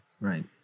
Right